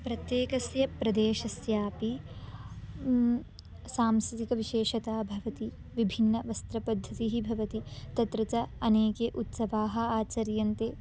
प्रत्येक्स्य प्रदेशस्यापि सांस्कृतिकविशेषता भवति विभिन्नवस्त्रपद्धतिः भवति तत्र च अनेके उत्सवाः आचर्यन्ते